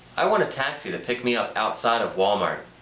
i want a taxi to pick me up outside of wal-mart.